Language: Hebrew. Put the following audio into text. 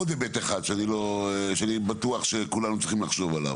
עוד היבט אחד שאני בטוח שכולנו צריכים לחשוב עליו.